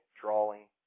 drawing